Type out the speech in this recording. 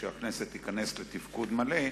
כשהכנסת תיכנס לתפקוד מלא,